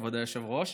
כבוד היושב-ראש,